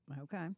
Okay